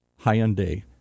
Hyundai